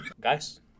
guys